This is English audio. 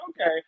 okay